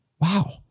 wow